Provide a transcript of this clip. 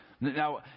Now